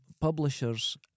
publishers